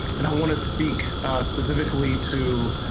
and i want to speak specifically to.